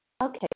Okay